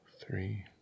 three